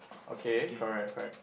okay correct correct